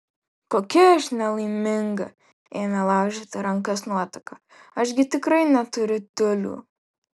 kokia aš nelaiminga ėmė laužyti rankas nuotaka aš gi tikrai neturiu tiulių